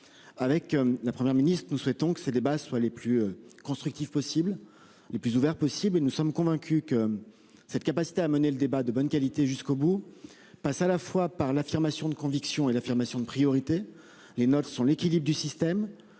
Avec la Première ministre. Nous souhaitons que ces débats soient les plus constructif possible. Le plus ouvert possible et nous sommes convaincus que. Cette capacité à mener le débat de bonne qualité jusqu'au bout, passe à la fois par l'affirmation de conviction et l'affirmation de priorité. Les notes sont l'équilibre du système